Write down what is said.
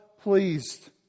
pleased